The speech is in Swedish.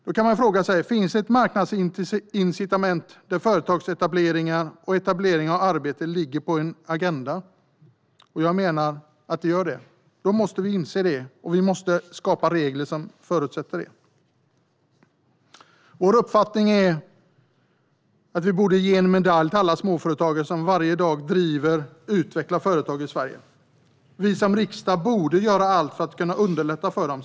Man kan fråga sig om det finns ett marknadsincitament där företagsetableringar och etablering av arbete ligger på en agenda. Jag menar att det gör det. Då måste vi inse det, och vi måste skapa regler som förutsätter det. Vår uppfattning är att vi borde ge en medalj till alla småföretagare som varje dag driver och utvecklar företag i Sverige. Vi som riksdag borde göra allt för att underlätta för dem.